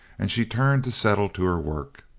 and she turned to settle to her work.